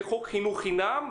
חינוך חינם,